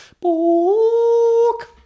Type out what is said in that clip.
Book